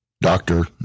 doctor